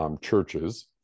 Churches